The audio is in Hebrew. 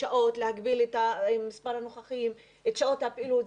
שעות, להגביל את מספר הנוכחים, את שעות הפעילות.